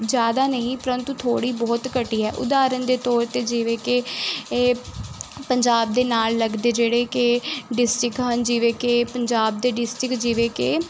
ਜ਼ਿਆਦਾ ਨਹੀਂ ਪਰੰਤੂ ਥੋੜ੍ਹੀ ਬਹੁਤ ਘਟੀ ਹੈ ਉਦਾਹਰਨ ਦੇ ਤੌਰ 'ਤੇ ਜਿਵੇਂ ਕਿ ਇਹ ਪੰਜਾਬ ਦੇ ਨਾਲ ਲੱਗਦੇ ਜਿਹੜੇ ਕਿ ਡਿਸਟ੍ਰਿਕਟ ਹਨ ਜਿਵੇਂ ਕਿ ਪੰਜਾਬ ਦੇ ਡਿਸਟ੍ਰਿਕਟ ਜਿਵੇਂ ਕਿ